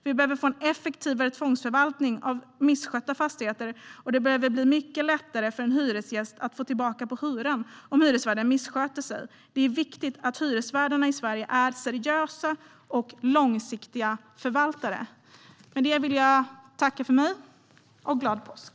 Vi behöver få en effektivare tvångsförvaltning av misskötta fastigheter, och det behöver bli mycket lättare för en hyresgäst att få tillbaka på hyran om hyresvärden missköter sig. Det är viktigt att hyresvärdarna i Sverige är seriösa och långsiktiga förvaltare. Med detta vill jag tacka för mig och önska glad påsk.